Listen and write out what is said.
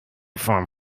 form